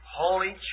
holy